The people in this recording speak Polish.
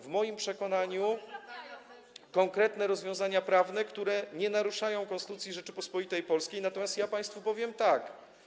W moim przekonaniu są to konkretne rozwiązania prawne, które nie naruszają Konstytucji Rzeczypospolitej Polskiej, natomiast powiem państwu tak: